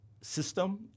system